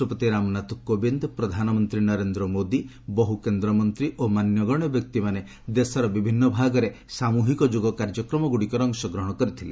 ରାଷ୍ଟ୍ରପତି ରାମନାଥ କୋବିନ୍ଦ ପ୍ରଧାନମନ୍ତ୍ରୀ ନରେନ୍ଦ୍ର ମୋଦୀ ବହୁ କେନ୍ଦ୍ରମନ୍ତ୍ରୀ ଓ ମାନ୍ୟଗଣ୍ୟ ବ୍ୟକ୍ତିମାନେ ଦେଶର ବିଭିନ୍ନ ଭାଗରେ ସାମୁହିକ ଯୋଗ କାର୍ଯ୍ୟକ୍ରମଗୁଡ଼ିକରେ ଅଂଶଗ୍ରହଣ କରିଥିଲେ